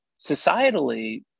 Societally